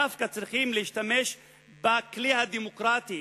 דווקא צריכים להשתמש בכלי הדמוקרטי,